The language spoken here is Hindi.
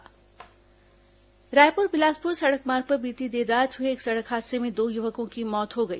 दुर्घटना रायपुर बिलासपुर सड़क मार्ग पर बीती देर रात हुए एक सड़क हादसे में दो युवकों की मौत हो गई